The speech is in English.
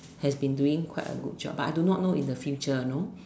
has been doing quite a good job but I do not know about in the future you know